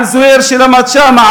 על זוהיר שלמד שם,